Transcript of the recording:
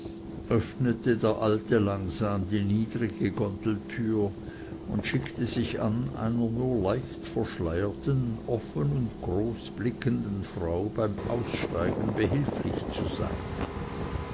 öffnete der alte langsam die niedrige gondeltüre und schickte sich an einer nur leicht verschleierten offen und groß blickenden frau beim aussteigen behilflich zu sein